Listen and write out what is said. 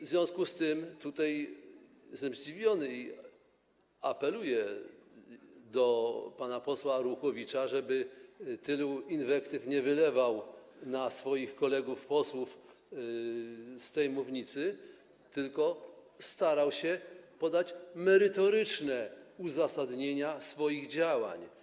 W związku z tym jestem zdziwiony i apeluję do pana posła Arłukowicza, żeby tylu inwektyw nie wylewał na swoich kolegów posłów z tej mównicy, tylko starał się podać merytoryczne uzasadnienie swoich działań.